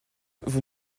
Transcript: vous